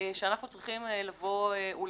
שאנחנו צריכים לתקן.